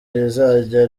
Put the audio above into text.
rizajya